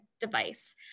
device